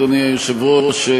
אדוני היושב-ראש,